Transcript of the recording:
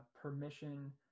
permission